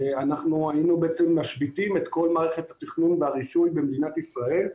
היינו משביתים את כל מערכת התכנון והרישוי במדינת ישראל,